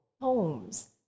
homes